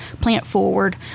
plant-forward